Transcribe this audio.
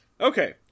Okay